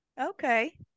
Okay